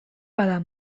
bada